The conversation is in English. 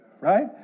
right